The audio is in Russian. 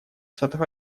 штатов